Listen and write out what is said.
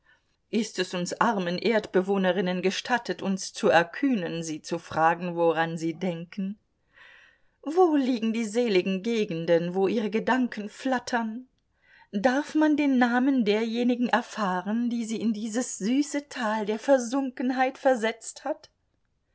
ist es uns armen erdbewohnerinnen gestattet uns zu erkühnen sie zu fragen woran sie denken wo liegen die seligen gegenden wo ihre gedanken flattern darf man den namen derjenigen erfahren die sie in dieses süße tal der versunkenheit versetzt hat